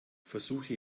versuche